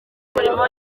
umurimo